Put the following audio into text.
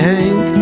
Hank